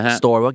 store